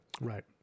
right